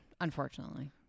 Unfortunately